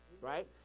Right